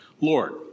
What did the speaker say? Lord